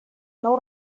nou